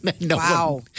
Wow